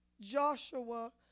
Joshua